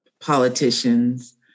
politicians